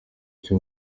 cyo